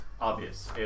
obvious